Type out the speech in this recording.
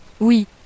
Oui